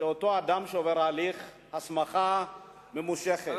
שאותו אדם שעובר הליך הסמכה ממושכת,